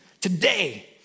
today